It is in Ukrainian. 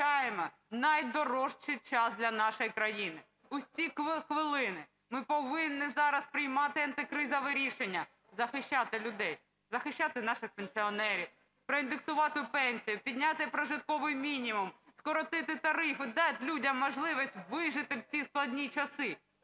найдорожчий час для нашої країни. В ось ці хвилини ми повинні зараз приймати антикризове рішення – захищати людей, захищати наших пенсіонерів, проіндексувати пенсію, підняти прожитковий мінімум, скоротити тарифи, дати людям можливість вижити в ці складні часи.